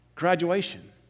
Graduation